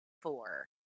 four